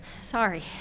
Sorry